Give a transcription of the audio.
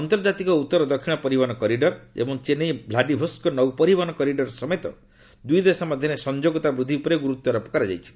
ଆନ୍ତର୍ଜାତିକ ଉତ୍ତର ଦକ୍ଷିଣ ପରିବହନ କରିଡ଼ର ଏବଂ ଚେନ୍ନାଇ ଭ୍ଲାଡିଭୋସ୍କୋ ନୌ ପରିବହନ କରିଡ଼ର ସମେତ ଦୁଇ ଦେଶ ମଧ୍ୟରେ ସଂଯୋଗତା ବୃଦ୍ଧି ଉପରେ ଗୁରୁତ୍ୱାରୋପ କରାଯାଇଛି